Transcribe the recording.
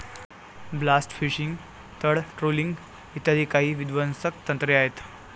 blast fishing, तळ trawling इ काही विध्वंसक तंत्रे आहेत